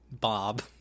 Bob